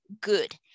good